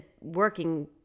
working